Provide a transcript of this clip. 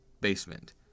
basement